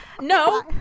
No